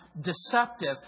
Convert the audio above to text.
deceptive